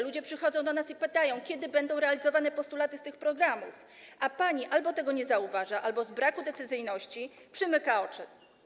Ludzie przychodzą do nas i pytają, kiedy będą realizowane postulaty z tych programów, a pani albo tego nie zauważa, albo z braku decyzyjności przymyka oczy.